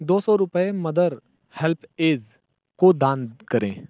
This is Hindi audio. दो सौ रुपये मदर हेल्प ऐज़ को दान करें